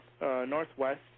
Northwest